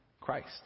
christ